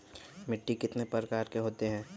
मिट्टी कितने प्रकार के होते हैं?